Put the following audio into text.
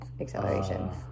acceleration